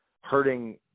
hurting